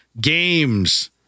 games